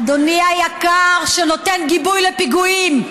אדוני היקר, שנותן גיבוי לפיגועים.